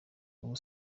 ubu